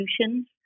solutions